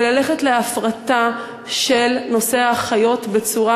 וללכת להפרטה של נושא האחיות בצורה